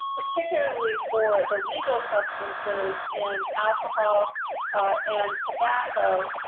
particularly for the legal substances in alcohol and tobacco,